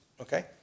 Okay